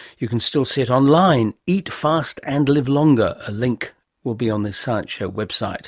you can still see it online, eat, fast and live longer, a link will be on the science show website